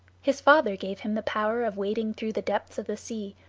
his father gave him the power of wading through the depths of the sea,